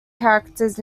characters